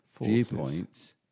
viewpoints